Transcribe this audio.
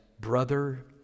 brother